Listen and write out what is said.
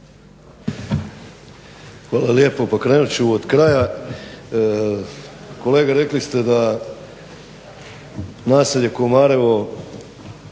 Hvala lijepo. Pa krenut ću od kraja. Kolega rekli ste da naselje KOmarevo